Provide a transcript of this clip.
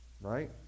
Right